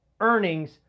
Earnings